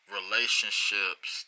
relationships